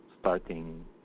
starting